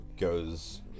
goes